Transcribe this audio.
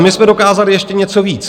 My jsme ale dokázali ještě něco víc.